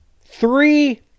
three